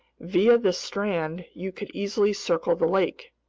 via this strand you could easily circle the lake.